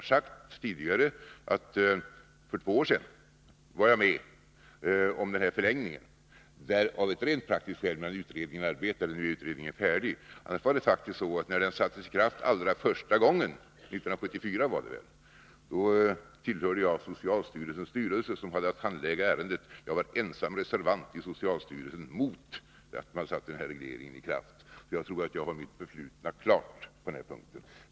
För två år sedan var jag visserligen med om den då aktuella förlängningen, men det av ett rent praktiskt skäl — utredningen arbetade då, medan den nu är färdig. Men när regleringen sattes i kraft allra första gången — jag tror att det var 1974 — tillhörde jag socialstyrelsens styrelse, som hade att handlägga ärendet. Jag var ensam reservant i socialstyrelsen mot att denna reglering sattes i kraft. Jag tror att jag på denna punkt har mitt förflutna klart.